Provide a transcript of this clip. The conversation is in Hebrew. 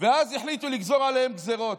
אז החליטו לגזור עליהם גזרות.